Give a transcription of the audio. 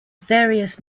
various